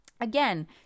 Again